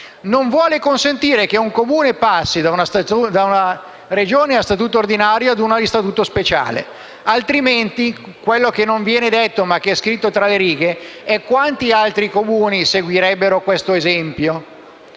non vuole consentire che un Comune passi da una Regione a statuto ordinario ad una a Statuto speciale. Altrimenti - quello che non viene detto, ma è scritto tra le righe - quanti altri Comuni seguirebbero il suo esempio?